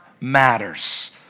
matters